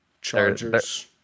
Chargers